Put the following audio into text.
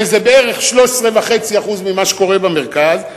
שזה בערך 13.5% ממה שקורה במרכז.